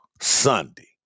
sunday